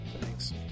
Thanks